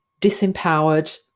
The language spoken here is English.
disempowered